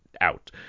out